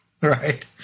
right